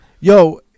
Yo